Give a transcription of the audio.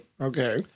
okay